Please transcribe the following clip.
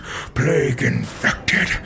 plague-infected